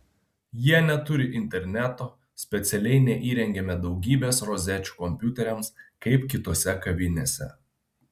jie neturi interneto specialiai neįrengėme daugybės rozečių kompiuteriams kaip kitose kavinėse